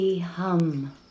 hum